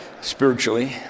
spiritually